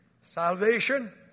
Salvation